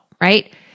right